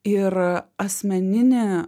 ir asmeninį